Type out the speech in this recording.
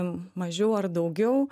mažiau ar daugiau